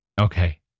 Okay